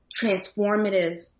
transformative